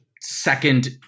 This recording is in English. second